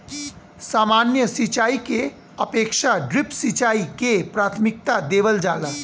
सामान्य सिंचाई के अपेक्षा ड्रिप सिंचाई के प्राथमिकता देवल जाला